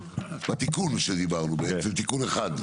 תיקון אחד.